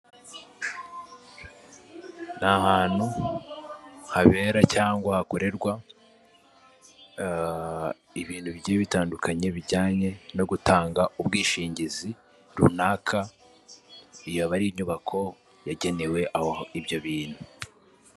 Ni ahantu habera cyangwa hakorerwa ibintu bigiye bitandukanye bijyanye no gutanga ubwishingizi runaka, iyo aba ari inyubako yagenewe aho ibyo bintu.